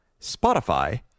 Spotify